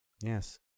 Yes